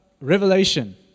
Revelation